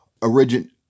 origin